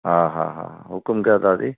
हा हा हा हुकुमु कयो दादी